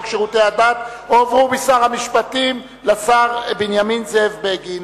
שירותי הדת הועברו משר המשפטים לשר זאב בנימין בגין.